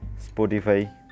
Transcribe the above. Spotify